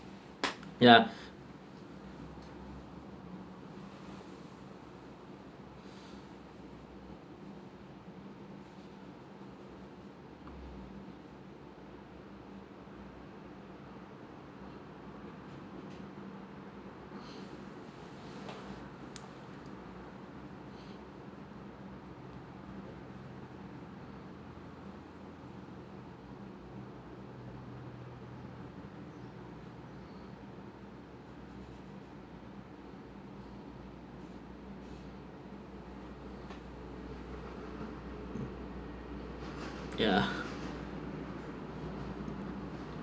ya ya